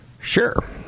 Sure